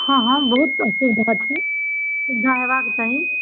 हँ हँ बहुत असुविधा छै सुविधा होयबाक चाही